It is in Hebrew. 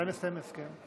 מתי מסתיים ההסכם?